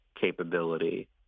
capability